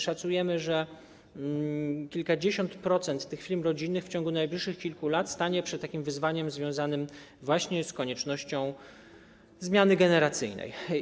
Szacujemy, że kilkadziesiąt procent firm rodzinnych w ciągu najbliższych kilku lat stanie przed wyzwaniem związanym właśnie z koniecznością zmiany generacyjnej.